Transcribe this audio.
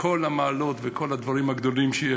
וכל המעלות וכל הדברים הגדולים שיש,